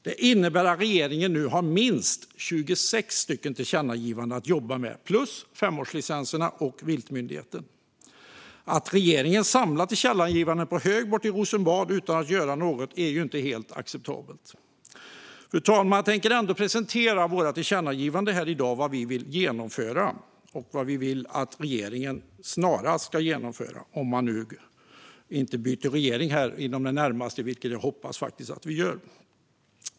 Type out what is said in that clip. Det innebär att regeringen nu kommer att ha minst 26 tillkännagivanden att jobba med, plus femårslicenserna och viltmyndigheten. Att regeringen samlar tillkännagivanden på hög borta i Rosenbad utan att göra något är inte helt acceptabelt. Fru talman! Jag tänker ändå presentera våra förslag till tillkännagivanden, det vill säga vad vi vill att regeringen snarast ska genomföra - om vi nu inte byter regering här inom det närmaste, vilket jag faktiskt hoppas att vi gör.